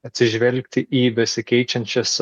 atsižvelgti į besikeičiančias